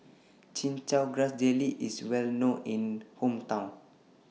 Chin Chow Grass Jelly IS Well known in My Hometown